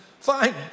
fine